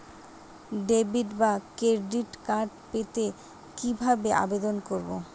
Debit বা credit card পেতে কি ভাবে আবেদন করব?